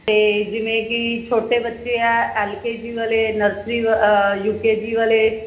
ਅਤੇ ਜਿਵੇਂ ਕਿ ਛੋਟੇ ਬੱਚੇ ਆ ਐਲ ਕੇ ਜੀ ਵਾਲੇ ਨਰਸਰੀ ਯੂ ਕੇ ਜੀ ਵਾਲੇ